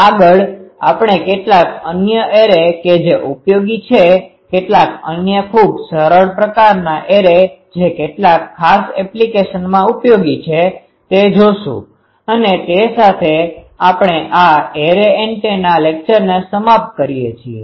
આગળ આપણે કેટલાક અન્ય એરે કે જે ઉપયોગી છે કેટલાક અન્ય ખૂબ સરળ પ્રકારનાં એરે જે કેટલાક ખાસ એપ્લિકેશનમાં ઉપયોગી છે તે જોશું અને તે સાથે આપણે આ એરે એન્ટેના લેકચરને સમાપ્ત કરીએ છીએ